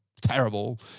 terrible